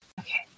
Okay